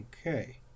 Okay